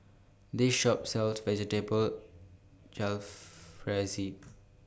This Shop sells Vegetable Jalfrezi